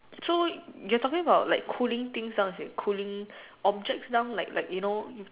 so you are talking about like cooling things something cooling objects down like like you know you